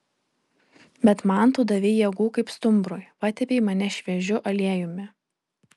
bet man tu davei jėgų kaip stumbrui patepei mane šviežiu aliejumi